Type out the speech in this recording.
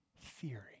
theory